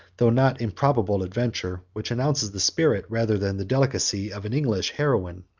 though not improbable, adventure, which announces the spirit, rather than the delicacy, of an english heroine.